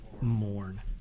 mourn